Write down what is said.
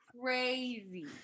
crazy